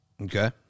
Okay